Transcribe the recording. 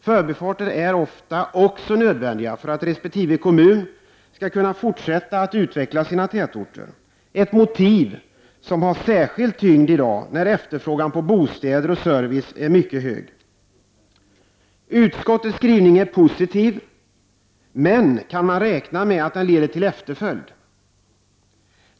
Förbifarter är ofta också nöd vändiga för att resp. kommun skall kunna fortsätta att utveckla sina tätorter — ett motiv som har särskild tyngd i dag, när efterfrågan på bostäder och service är mycket hög. Utskottets skrivning är positiv, men kan man räkna med att den leder till efterföljd?